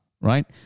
right